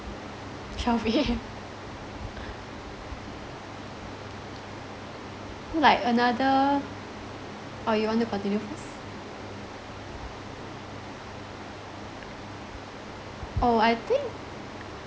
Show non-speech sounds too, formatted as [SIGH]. twelve A_M [LAUGHS] like another or you want to continue first oh I think